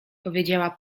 powiedziała